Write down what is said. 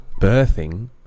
birthing